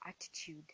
attitude